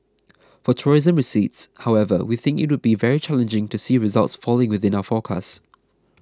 for tourism receipts however we think it would be very challenging to see results falling within our forecast